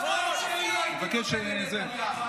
אחראי זה אשם.